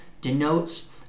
denotes